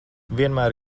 vienmēr